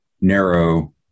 narrow